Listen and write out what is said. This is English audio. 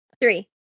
Three